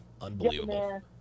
Unbelievable